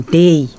day